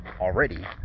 already